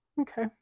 okay